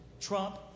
trump